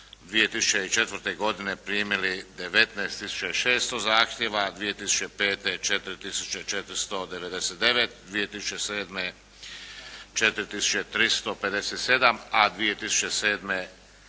2004. godine primili 19600 zahtjeva, a 2005. 4499, 2006. 4357, a 2007.